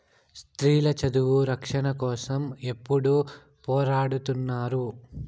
స్త్రీల చదువు రక్షణ కోసం ఎప్పుడూ పోరాడుతున్నారు